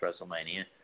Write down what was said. WrestleMania